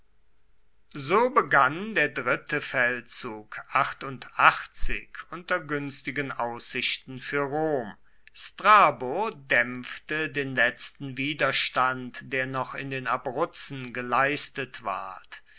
so begann der dritte feldzug unter günstigen aussichten für rom strabo dämpfte den letzten widerstand der noch in den abruzzen geleistet ward